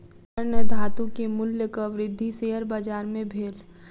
स्वर्ण धातु के मूल्यक वृद्धि शेयर बाजार मे भेल